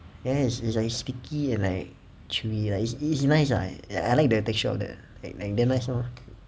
ya it's like it's like sticky and like chewy like it's it's nice ah I like the the texture of that damn nice ah